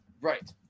Right